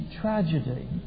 tragedy